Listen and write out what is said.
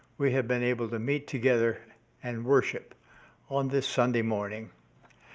we have been able to meet together and worship on this sunday morning.